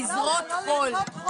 זה לזרות חול.